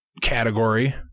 category